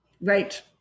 Right